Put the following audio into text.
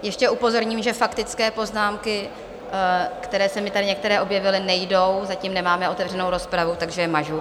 Ještě upozorním, že faktické poznámky, které se mi tady některé objevily, nejdou, zatím nemáme otevřenou rozpravu, takže je mažu.